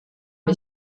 wir